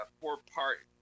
four-part